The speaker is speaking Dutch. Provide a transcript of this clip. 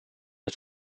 het